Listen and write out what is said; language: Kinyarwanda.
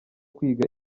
kwiga